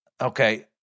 Okay